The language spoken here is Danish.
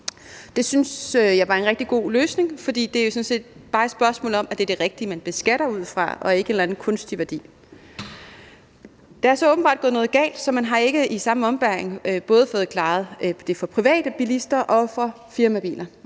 Det synes jeg var en rigtig god løsning, fordi det sådan set bare er et spørgsmål om, at det er det rigtige, man beskatter ud fra, og ikke en eller anden kunstig værdi. Der er så åbenbart gået noget galt, så man ikke i samme ombæring har fået klaret det for både private biler og for firmabiler.